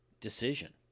decision